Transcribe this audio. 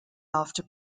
after